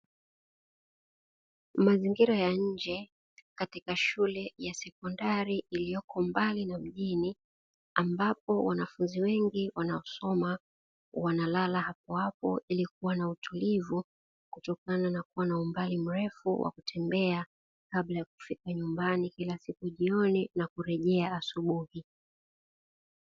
Mazingira ya nje katika shule ya sekondari iliyoko mbali na mjini, ambapo wanafunzi wengi wanaosoma wanalala hapo hapo ili kuwa na utulivu kutokana na kuwa na umbali mrefu wa kutembea kabla ya kufika nyumbani kila siku jioni na kurejea asubuhi.